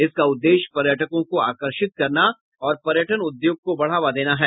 इसका उद्देश्य पर्यटकों को आकर्षित करना और पर्यटन उद्योग को बढ़ावा देना है